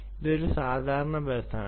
അതൊരു സാധാരണ ബസ്സാണ്